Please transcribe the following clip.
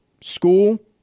school